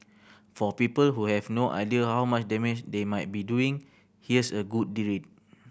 for people who have no idea how much damage they might be doing here's a good read